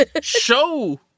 show